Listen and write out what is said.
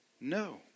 no